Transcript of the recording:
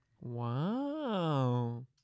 Wow